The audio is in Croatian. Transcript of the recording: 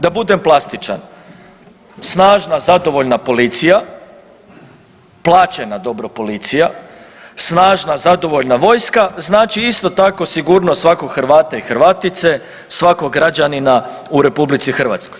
Da budem plastičan, snažna, zadovoljna policija plaćena dobro policija, snažna zadovoljna vojska znači isto tako sigurnost svakog Hrvata i Hrvatice, svakog građanina u RH.